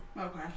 Okay